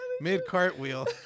mid-cartwheel